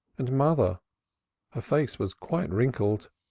and mother her face was quite wrinkled.